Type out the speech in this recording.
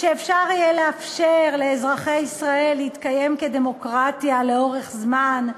שיהיה אפשר לתת לאזרחי ישראל להתקיים כדמוקרטיה לאורך זמן,